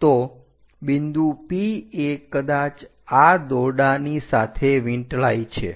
તો બિંદુ P એ કદાચ આ દોરડાની સાથે વીંટળાય છે